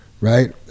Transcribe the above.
Right